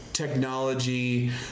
Technology